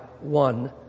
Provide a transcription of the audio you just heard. one